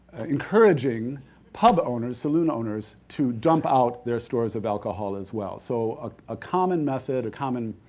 encouraging pub owners, saloon owners, to dump out their stores of alcohol as well. so, ah a common method, a common